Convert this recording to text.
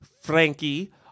Frankie